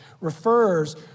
refers